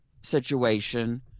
situation